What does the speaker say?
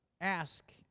ask